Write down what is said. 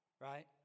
right